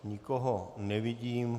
Nikoho nevidím.